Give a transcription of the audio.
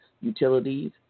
utilities